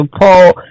Paul